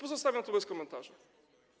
Pozostawiam to bez komentarza.